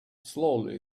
slowly